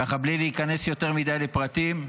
ככה בלי להיכנס יותר מדי לפרטים,